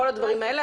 כל הדברים האלה,